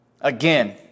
again